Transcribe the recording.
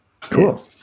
cool